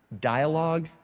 dialogue